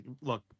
Look